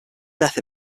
death